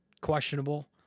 questionable